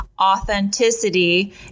Authenticity